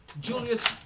Julius